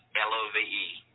L-O-V-E